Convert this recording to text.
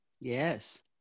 Yes